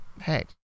hey